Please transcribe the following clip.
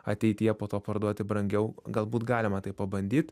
ateityje po to parduoti brangiau galbūt galima tai pabandyt